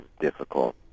difficult